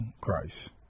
Christ